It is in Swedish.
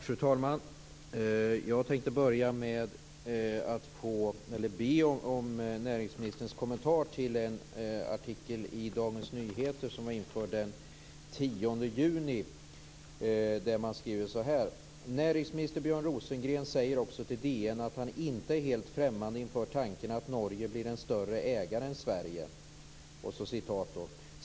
Fru talman! Jag tänkte börja med att be om näringsministerns kommentar till en artikel i Dagens Nyheter som var införd den 10 juni. Där skriver man så här: "Näringsminister Björn Rosengren säger också till DN att han inte är helt främmande inför tanken att Norge blir en större ägare än Sverige.